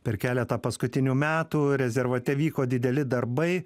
per keletą paskutinių metų rezervate vyko dideli darbai